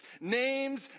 Names